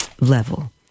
level